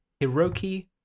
Hiroki